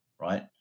right